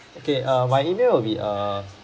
okay err my email will be err